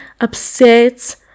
upset